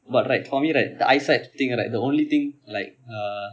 but right for me right the eyesight thing right the only thing like uh